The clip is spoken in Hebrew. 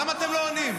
למה אתם לא עונים?